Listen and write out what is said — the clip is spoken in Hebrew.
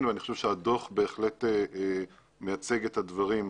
ואני חושב שהדוח בהחלט מייצג את הדברים.